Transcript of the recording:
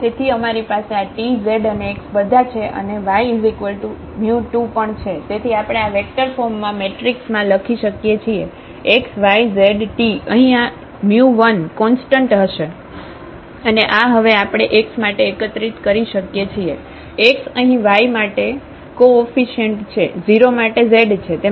તેથી આપણે આ વેક્ટર ફોર્મમાં મેટ્રિક્સમાં લખી શકીએ છીએ x y z t અહીં આ 1 કોન્સ્ટન્ટ હશે અને આ હવે આપણે x માટે એકત્રિત કરી શકીએ છીએ x અહીં y માટે કોઓફીશીઅ્નટ છે 0 માટે z છે